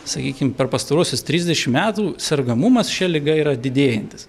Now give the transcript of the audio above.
sakykim per pastaruosius trisdešimt metų sergamumas šia liga yra didėjantis